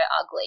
ugly